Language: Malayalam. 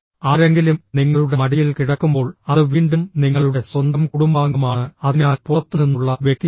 ആരെങ്കിലും നിങ്ങളുടെ മടിയിൽ കിടക്കുമ്പോൾ അത് വീണ്ടും നിങ്ങളുടെ സ്വന്തം കുടുംബാംഗമാണ് അതിനാൽ പുറത്തുനിന്നുള്ള വ്യക്തിയല്ല